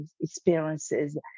experiences